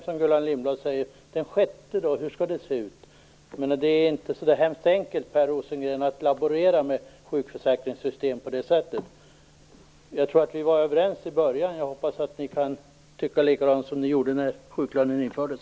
Som Gullan Lindblad säger: Blir det fyra eller fem, och hur skall det då se ut med den sjätte? Det är inte så hemskt enkelt att laborera med sjukförsäkringssystem på det sättet, Per Rosengren. Jag tror att vi var överens i början, och jag hoppas att ni inom Vänsterpartiet kan tycka likadant som ni gjorde när sjuklönen infördes.